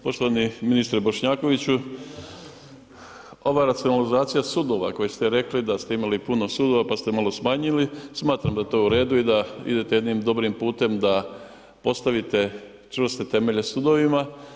Poštovani ministre Bošnjkoviću, ova racionalizacija sudova, koju ste rekli, da ste imali puno sudova, pa ste malo smanjili, smatram da je to u redu i da idete jednim dobrim putem da postavite čvrste temelje sudovima.